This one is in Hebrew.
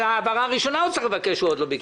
העברה ראשונה הוא עוד לא ביקש.